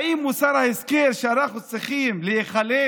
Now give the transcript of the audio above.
האם מוסר ההשכל הוא שאנחנו צריכים להיחלש